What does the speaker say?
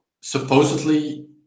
supposedly